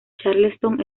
charleston